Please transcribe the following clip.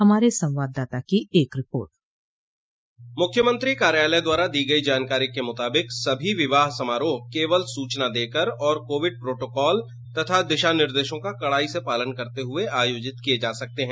हमारे संवाददाता की एक रिपोर्ट मुख्यमंत्री कार्यालय द्वारा दी गई जानकारी के मुताबिक सभी विवाह समारोह केवल सूचना देकर और कोविड प्रोटोकॉल तथा दिशा निर्देशों का कड़ाई से पालन करते हुए आयोजित किये जा सकते हैं